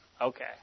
Okay